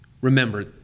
remember